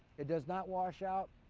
it does not wash out,